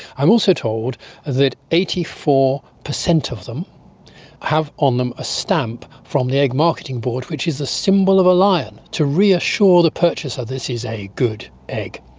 i'm also told that eighty four percent of them have on them a stamp from the egg marketing board which is a symbol of a lion, to reassure the purchaser this is a good egg.